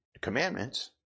commandments